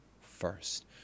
first